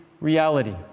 reality